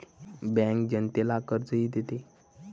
bank जनतेला कर्जही देते